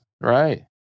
Right